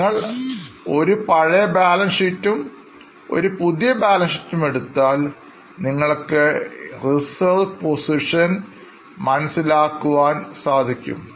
നിങ്ങൾ ഒരു പഴയ ബാലൻസ് ഷീറ്റും ഒരു പുതിയ ബാലൻസ് ഷീറ്റുംഎടുത്താൽ നിങ്ങൾക്ക് Reserve പൊസിഷൻ മനസ്സിലാക്കുവാൻ സാധിക്കും